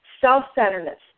self-centeredness